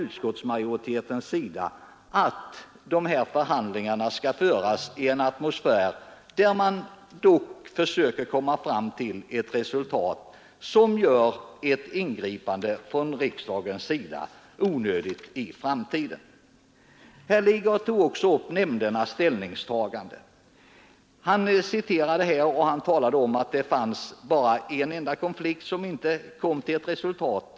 Utskottets majoritet anser att förhandlingarna skall föras i en atmosfär där man försöker komma fram till ett resultat som gör ett ingripande från riksdagens sida onödigt i framtiden. När herr Lidgard sedan tog upp frågan om nämndernas ställningstagande sade han att det bara var en enda konflikt där nämnderna inte hade nått fram till ett positivt resultat.